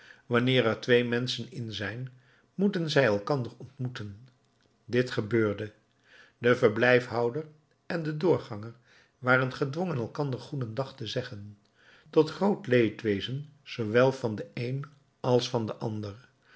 wanneer er twee menschen in zijn moeten zij elkander ontmoeten dit gebeurde de verblijfhouder en de doorganger waren gedwongen elkander goedendag te zeggen tot groot leedwezen zoowel van den een als van den ander